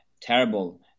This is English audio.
terrible